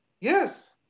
Yes